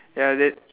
ya is it